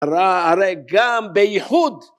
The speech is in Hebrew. רע הרי גם בייחוד